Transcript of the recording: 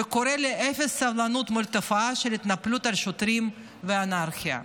וקורא לאפס סבלנות מול התופעה של התנפלות על שוטרים ואנרכיה.